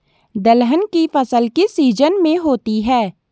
दलहन की फसल किस सीजन में होती है?